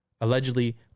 allegedly